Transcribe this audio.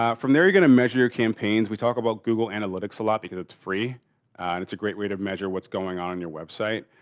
ah from there you going to measure your campaigns. we talked about google analytics a lot because it's free and it's a great way to measure what's going on on your website.